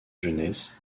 jeunesse